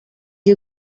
you